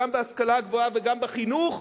גם בהשכלה הגבוהה וגם בחינוך,